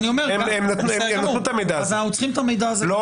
הם נתנו את המידע הזה.